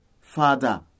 Father